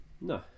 No